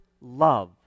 love